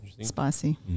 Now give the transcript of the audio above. Spicy